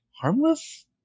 harmless